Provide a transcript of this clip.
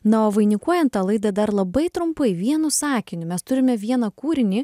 na o vainikuojant tą laidą dar labai trumpai vienu sakiniu mes turime vieną kūrinį